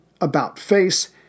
about-face